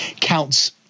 counts